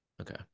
okay